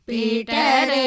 Peter